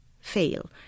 fail